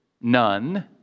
none